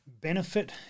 benefit